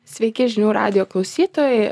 sveiki žinių radijo klausytojai